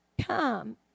come